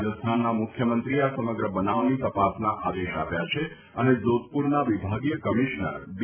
રાજસ્થાનના મુખ્યમંત્રીએ આ સમગ્ર બનાવની તપાસના આદેશ આપ્યા છે અને જાધપુરના વિભાગીય કમિશનર બી